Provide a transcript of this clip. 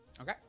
Okay